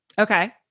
Okay